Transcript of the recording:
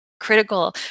critical